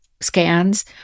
scans